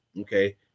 Okay